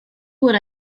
would